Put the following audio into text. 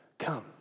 come